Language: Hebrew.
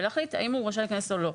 ולהחליט אם הוא רשאי או לא.